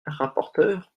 rapporteur